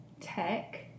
tech